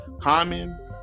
Common